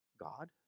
god